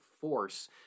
force